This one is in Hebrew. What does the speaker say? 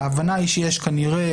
ההבנה היא שיש כנראה,